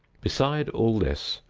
besides all this,